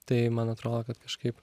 tai man atrodo kad kažkaip